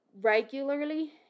regularly